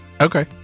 Okay